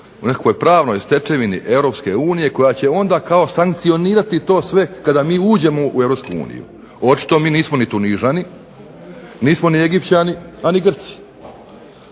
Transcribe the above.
u nekakvoj pravnoj stečevini Europske unije koja će onda kao sankcionirati to sve kada uđemo u Europsku uniju. Očito mi nismo ni Tunižani, nismo ni Egipćani, a ni Grci.